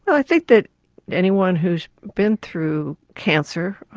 i think that anyone who's been through cancer,